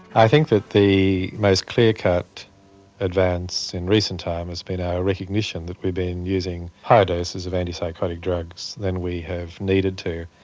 i think that the most clear-cut advance in recent times has been our recognition that we have been using higher doses of antipsychotic drugs than we have needed to.